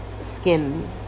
skin